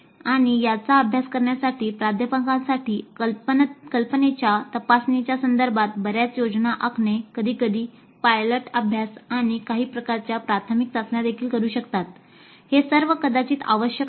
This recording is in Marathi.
आणि याचा अभ्यास करण्यासाठी प्राध्यापकांसाठी कल्पनेच्या तपासणीच्या संदर्भात बऱ्याच योजना आखणे कधीकधी पायलट अभ्यास आणि काही प्रकारच्या प्राथमिक चाचण्या देखील करू शकतात हे सर्व कदाचित आवश्यक आहे